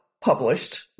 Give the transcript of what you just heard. published